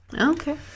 Okay